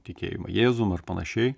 tikėjimą jėzum ar panašiai